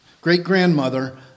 great-grandmother